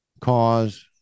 cause